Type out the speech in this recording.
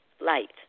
light